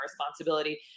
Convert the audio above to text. responsibility